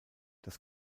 das